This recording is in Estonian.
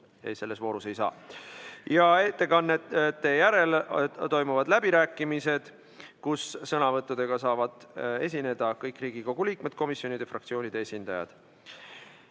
siis selles voorus ei saagi. Ettekannete järel toimuvad läbirääkimised, kus sõnavõtuga saavad esineda kõik Riigikogu liikmed, komisjonide ja fraktsioonide esindajad.